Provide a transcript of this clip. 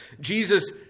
Jesus